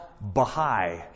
Baha'i